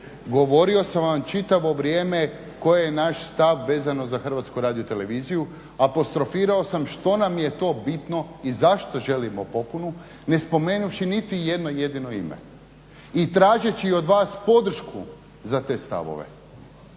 Govorio sam vam čitavo vrijeme koji je naš stav vezano za HRT, apostrofirao sam što nam je to bitno i zašto želimo popunu, ne spomenuvši niti jedno jedino ime i tražeći od vas podršku za te stavove,